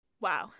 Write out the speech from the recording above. Wow